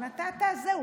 נטעת, זהו.